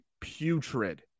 putrid